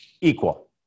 equal